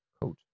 code